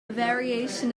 variation